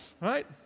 right